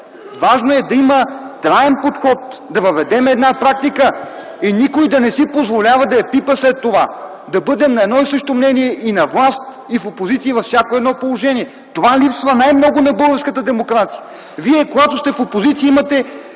Важно е да има траен подход - да въведем една практика и никой да не си позволява да я пипа след това. Да бъдем на едно и също мнение и на власт, и в опозиция, и във всяко едно положение. Това липсва най-много на българската демокрация. Вие, когато сте в опозиция, имате